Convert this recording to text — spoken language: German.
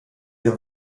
ihr